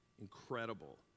incredible